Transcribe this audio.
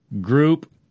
group